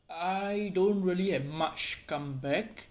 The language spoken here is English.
I don't really have much come back uh